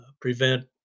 prevent